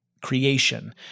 creation